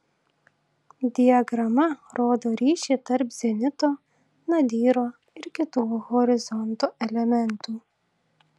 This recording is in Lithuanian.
diagrama rodo ryšį tarp zenito nadyro ir kitų horizonto elementų